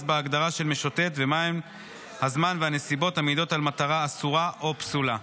בהגדרה של משוטט ומהם הזמן והנסיבות המעידות על מטרה אסורה או פסולה.